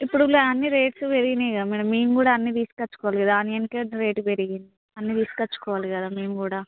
ఇప్పుడు అన్ని రేట్లు పెరిగినాయిగా మేడం మేం కూడా అన్ని తీసుకొచ్చుకోవాలి కదా ఆనియన్ రేటు పెరిగింది అన్ని తేసుకోచుకోవాలి తీసుకొచ్చుకోవాలి కదా మేం కూడా